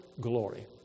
glory